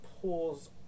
pulls